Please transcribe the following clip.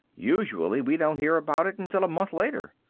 usually we don't hear about it until a month later.